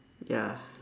ya